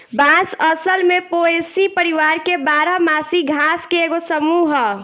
बांस असल में पोएसी परिवार के बारह मासी घास के एगो समूह ह